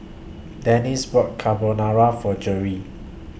Dennis bought Carbonara For Jerrie